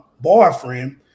boyfriend